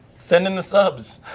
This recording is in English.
send in the subs.